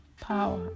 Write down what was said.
power